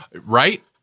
Right